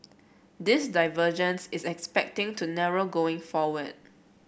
this divergence is expecting to narrow going forward